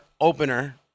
opener